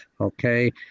okay